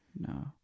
No